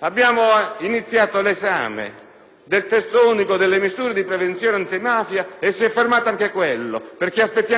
Abbiamo iniziato l'esame del testo unico delle misure di prevenzione antimafia e si è fermato anche quello perché aspettiamo il Governo. Ma quanto dobbiamo aspettare?